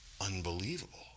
unbelievable